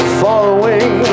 following